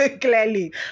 clearly